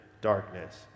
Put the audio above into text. darkness